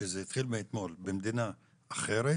שזה התחיל מאתמול במדינה אחרת